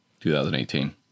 2018